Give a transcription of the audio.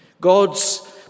God's